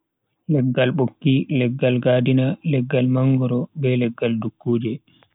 Leggal bokki, leggal gaadina, leggan mangoro be leggal dukkuje